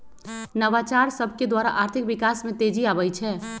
नवाचार सभकेद्वारा आर्थिक विकास में तेजी आबइ छै